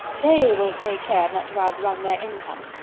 they will take care not to outrun their income.